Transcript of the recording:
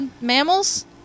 mammals